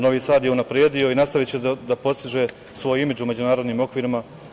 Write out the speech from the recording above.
Novi Sad je unapredio i nastaviće da postiže svoj imidž u međunarodnim okvirima.